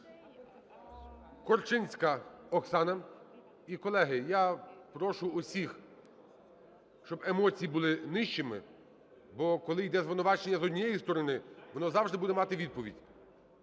Корчинська Оксана. І, колеги, я прошу усіх, щоб емоції були нижчими, бо коли йде звинувачення з однієї сторони, воно завжди буде мати відповідь.